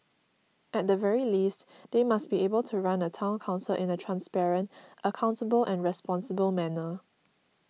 at the very least they must be able to run a Town Council in a transparent accountable and responsible manner